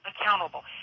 accountable